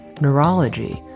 neurology